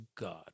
God